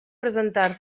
presentar